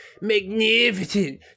Magnificent